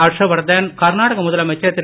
ஹர்ஷ்வர்தன் கர்நாடக முதலமைச்சர் திரு